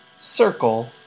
circle